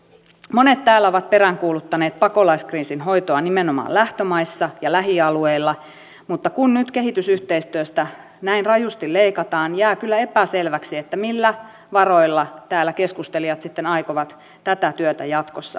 monet täällä ovat peräänkuuluttaneet pakolaiskriisin hoitoa nimenomaan lähtömaissa ja lähialueilla mutta kun nyt kehitysyhteistyöstä näin rajusti leikataan jää kyllä epäselväksi millä varoilla nämä keskustelijat sitten aikovat tätä työtä jatkossa tehdä